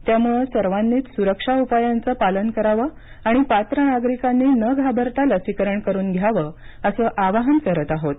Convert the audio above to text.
त्यामुळे सर्वांनीच सुरक्षा उपायांचं पालन करावं आणि पात्र नागरिकांनी न घाबरता लसीकरण करून घ्यावं असं आवाहन करत आहोत